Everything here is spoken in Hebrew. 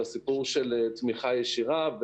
על הסיפור של תמיכה ישירה,